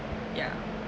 yeah